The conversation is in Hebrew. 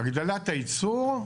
הגדלת הייצור,